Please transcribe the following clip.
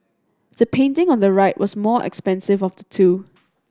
the painting on the right was more expensive of the two